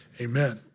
amen